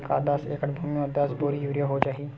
का दस एकड़ भुमि में दस बोरी यूरिया हो जाही?